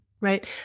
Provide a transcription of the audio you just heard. right